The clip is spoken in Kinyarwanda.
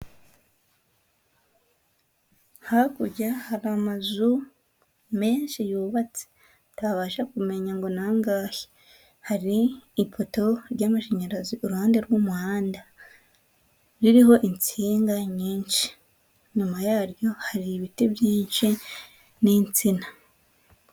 Hakurya hari amazu menshi yubatse, utabasha kumenya ngo ni angahe, hari ipoto ry'amashanyarazi uruhande rw'umuhanda ririho insinga nyinshi, inyuma yaryo hari ibiti byinshi n'insina.